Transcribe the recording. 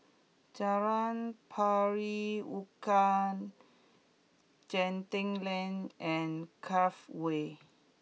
Jalan Pari Unak Genting Lane and Cove Way